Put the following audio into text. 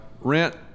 rent